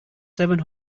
seven